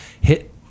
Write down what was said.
hit